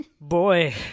boy